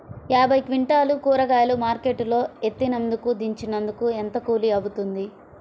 యాభై క్వింటాలు కూరగాయలు మార్కెట్ లో ఎత్తినందుకు, దించినందుకు ఏంత కూలి అవుతుంది?